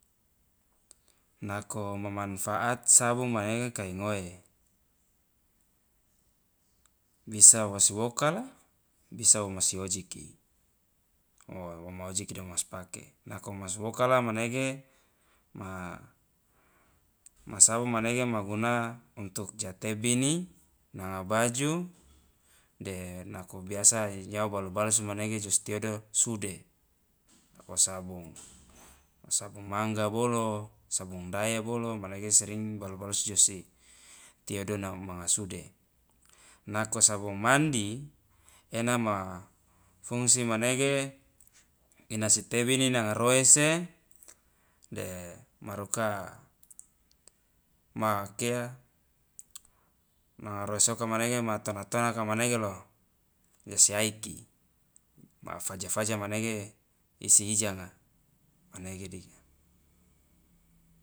Nako mamanfaat sabun mane kai ngoe bisa woswokala bisa womasi ojiki woma ojiki de womasmake nako womaswokala manege ma ma sabong manege ma guna untuk ja tebini nanga baju de nako biasa nyawa balu balusu manege jostiodo sude nako sabong sabong mangga bolo sabong daia bolo manege seing balu balusu josi tiodo na manga sude nako sabong mandi ena ma fungsi manege inasi tebini nanga roese de maruka ma kia manga roesoka manege ma tona tonaka manege lo ijasi aiki ma faja faja manege isi ijanga manege dika.